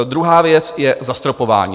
Druhá věc je zastropování.